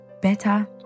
Better